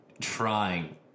trying